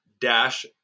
dash